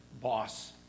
Boss